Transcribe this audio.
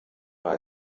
war